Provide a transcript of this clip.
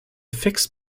fixed